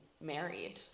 married